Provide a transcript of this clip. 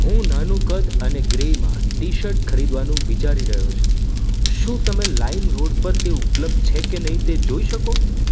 હું નાનું કદ અને ગ્રેમાં ટી શર્ટ ખરીદવાનું વિચારી રહ્યો છું શું તમે લાઈમરોડ પર તે ઉપલબ્ધ છે કે નહીં તે જોઈ શકો